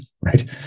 Right